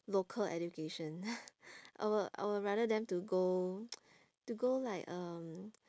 local education I'll I'll rather them to go to go like um